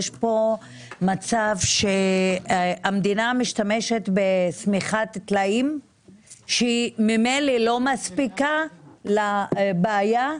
יש פה מצב שהמדינה משתמשת בשמיכת טלאים שהיא ממילא לא מספיקה לבעיה,